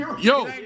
Yo